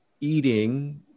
eating